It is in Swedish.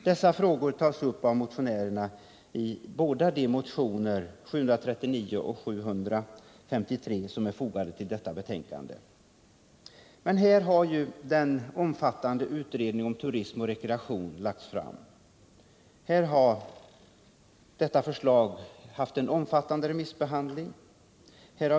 Dessa frågor tas upp av motionärerna i båda de motioner, 739 och 753, som behandlas i detta betänkande. Här har den omfattande utredningen om turism och rekreation lagts fram 1973. Den fick även en omfattande remissbehandling.